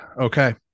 Okay